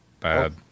Bad